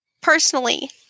personally